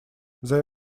there